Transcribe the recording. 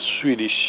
Swedish